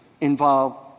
involve